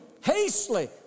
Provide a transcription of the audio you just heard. hastily